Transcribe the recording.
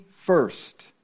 first